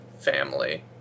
family